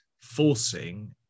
forcing